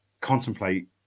contemplate